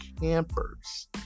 campers